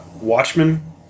Watchmen